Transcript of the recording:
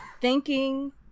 Thanking